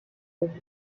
auf